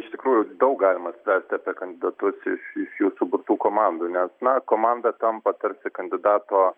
iš tikrųjų daug galima spręsti apie kandidatus iš iš jų suburtų komandų nes na komanda tampa tarsi kandidato